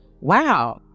Wow